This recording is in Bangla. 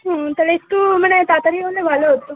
হুম তাহলে একটু মানে তাড়াতাড়ি হলে ভালো হতো